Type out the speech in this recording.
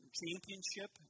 championship